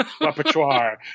repertoire